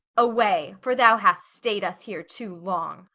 away! for thou hast stay'd us here too long.